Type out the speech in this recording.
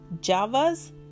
Java's